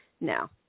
No